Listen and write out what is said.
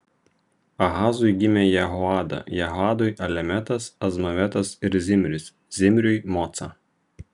ahazui gimė jehoada jehoadai alemetas azmavetas ir zimris zimriui moca